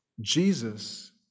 Jesus